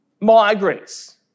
Migrants